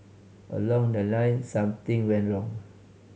along the line something went wrong